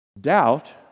Doubt